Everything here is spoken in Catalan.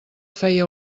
feia